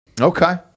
Okay